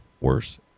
worse